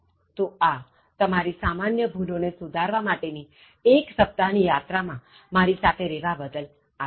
તોઆ તમારી સામાન્ય ભૂલો ને સુધારવા માટે ની એક સપ્તાહની યાત્રા માં મારી સાથે રહેવા બદલ આભાર